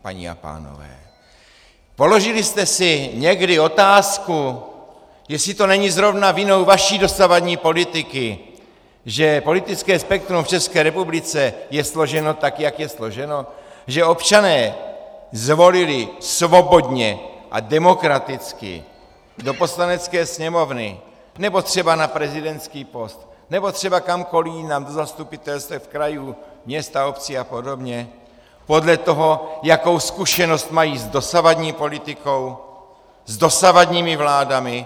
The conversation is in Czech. Paní a pánové, položili jste si někdy otázku, jestli to není zrovna vinou vaší dosavadní politiky, že politické spektrum v České republice je složeno, tak jak je složeno, že občané zvolili svobodně a demokraticky do Poslanecké sněmovny nebo třeba na prezidentský post nebo třeba kamkoli jinam, do zastupitelstev krajů, měst a obcí apod., podle toho, jakou zkušenost mají s dosavadní politikou, s dosavadními vládami?